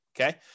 okay